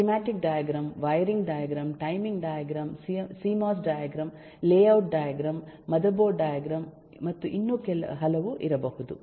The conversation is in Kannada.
schematic diagram wiring diagram timing diagram CMOS diagram layout diagram motherboard diagram ಮತ್ತು ಇನ್ನೂ ಹಲವು ಇರಬಹುದು